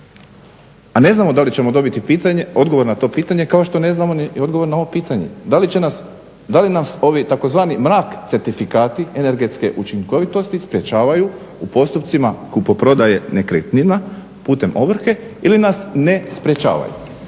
A ne znamo da li ćemo dobiti odgovor na to pitanje, kao što ne znamo ni odgovor na ovo pitanje. Da li nas ovi tzv. mrak certifikati energetske učinkovitosti sprječavaju u postupcima kupoprodaje nekretnina putem ovrhe ili nas ne sprečavaju.